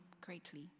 greatly